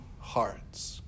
hearts